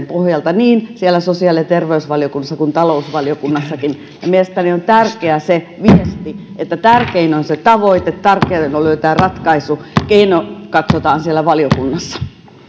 pohjalta niin siellä sosiaali ja terveysvaliokunnassa kuin talousvaliokunnassakin mielestäni on tärkeä se viesti että tärkein on se tavoite tärkeintä on löytää ratkaisu keino katsotaan siellä valiokunnassa